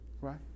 right